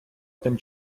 тим